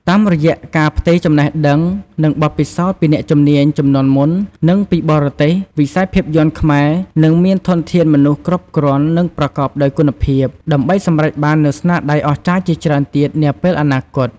តាមរយៈការផ្ទេរចំណេះដឹង និងបទពិសោធន៍ពីអ្នកជំនាញជំនាន់មុន និងពីបរទេស វិស័យភាពយន្តខ្មែរនឹងមានធនធានមនុស្សគ្រប់គ្រាន់ និងប្រកបដោយគុណភាព ដើម្បីសម្រេចបាននូវស្នាដៃអស្ចារ្យជាច្រើនទៀតនាពេលអនាគត។